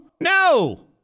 No